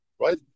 right